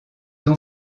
ont